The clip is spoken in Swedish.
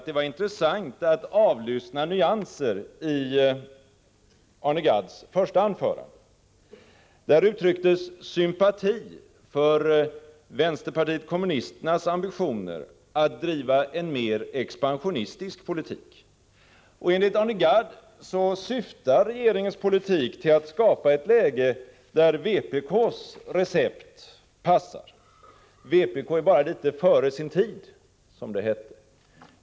Det var intressant att avlyssna nyanserna i Arne Gadds första anförande. Där uttrycktes sympati för vänsterpartiet kommunisternas ambitioner att driva en mer expansionistisk politik. Och enligt Arne Gadd syftar regeringens politik till att skapa ett läge där vpk:s recept passar. Vpk är bara litet före sin tid, som det hette.